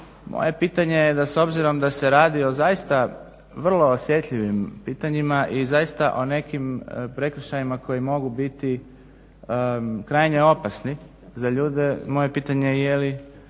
Moje pitanje je da s obzirom da se radi zaista o vrlo osjetljivim pitanjima i zaista o nekim prekršajima koji mogu biti krajnje opasni za ljude. Moje pitanje je li